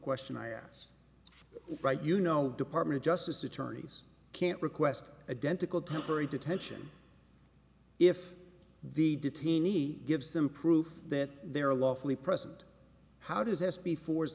question i asked right you know department of justice attorneys can't request a dentical temporary detention if the detainees gives them proof that they are lawfully present how does this before is